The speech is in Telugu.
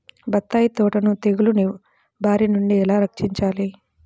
బత్తాయి తోటను తెగులు బారి నుండి ఎలా రక్షించాలి?